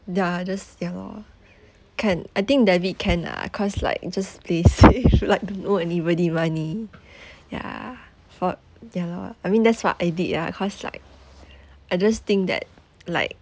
ya just ya lor can I think debit can lah cause like just play safe like owe anybody money ya for ya lor I mean that's what I did ah cause like I just think that like